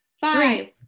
five